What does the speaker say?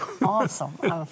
Awesome